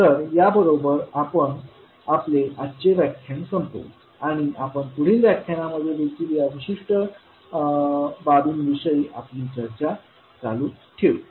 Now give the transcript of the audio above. तर याबरोबर आपण आपले आजचे व्याख्यान संपवू आणि आपण पुढील व्याख्यानामध्ये देखील या विशिष्ट बाबींविषयी आपली चर्चा चालू ठेवू